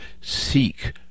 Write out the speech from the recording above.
seek